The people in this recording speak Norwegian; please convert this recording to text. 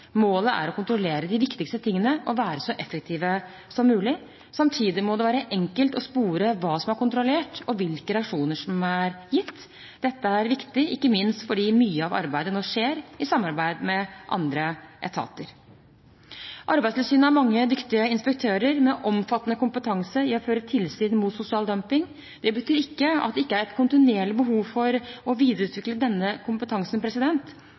Målet er å kontrollere de viktigste tingene og være så effektive som mulig. Samtidig må det være enkelt å spore hva som er kontrollert, og hvilke reaksjoner som er gitt. Dette er viktig ikke minst fordi mye av arbeidet nå skjer i samarbeid med andre etater. Arbeidstilsynet har mange dyktige inspektører med omfattende kompetanse i å føre tilsyn mot sosial dumping. Det betyr ikke at det ikke er et kontinuerlig behov for å videreutvikle denne kompetansen.